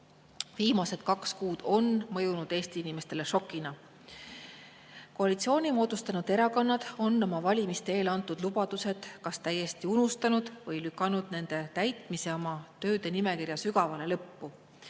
Viimased kaks kuud on mõjunud Eesti inimestele šokina. Koalitsiooni moodustanud erakonnad on oma valimiste eel antud lubadused kas täiesti unustanud või lükanud nende täitmise oma tööde nimekirjas [kaugele] lõppu.